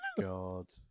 god